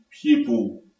people